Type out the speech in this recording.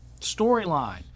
storyline